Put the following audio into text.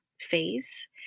phase